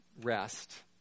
rest